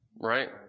right